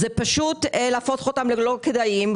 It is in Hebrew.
פשוט להפוך אותם ללא כדאיים,